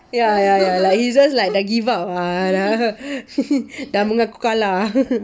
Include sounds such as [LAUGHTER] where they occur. ya ya ya he's just like ah give up lah [LAUGHS] dah mengaku kalah [LAUGHS]